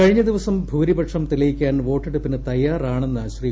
കഴിഞ്ഞദിവസം ഭൂരിപക്ഷം തെളിയിക്കാൻ വോട്ടെടുപ്പിന് തയ്യാറാണ്ണെന്ന് ശ്രീ